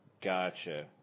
Gotcha